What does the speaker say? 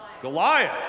Goliath